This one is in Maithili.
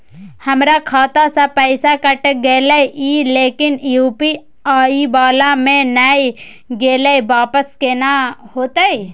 हमर खाता स पैसा कैट गेले इ लेकिन यु.पी.आई वाला म नय गेले इ वापस केना होतै?